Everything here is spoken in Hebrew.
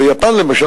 ביפן למשל,